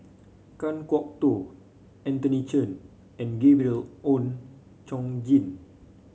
Kan Kwok Toh Anthony Chen and Gabriel Oon Chong Jin